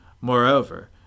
Moreover